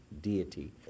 deity